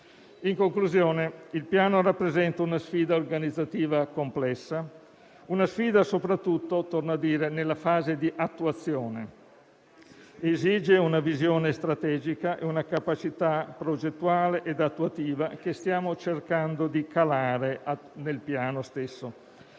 In conclusione, il Piano rappresenta una sfida organizzativa complessa, soprattutto - torno a dire - nella fase di attuazione. Esige una visione strategica e una capacità progettuale ed attuativa che stiamo cercando di calare nel Piano stesso.